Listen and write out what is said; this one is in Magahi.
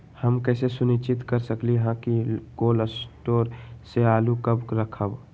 हम कैसे सुनिश्चित कर सकली ह कि कोल शटोर से आलू कब रखब?